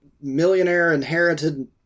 millionaire-inherited